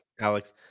Alex